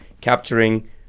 capturing